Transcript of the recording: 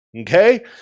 okay